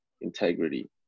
integrity